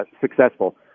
successful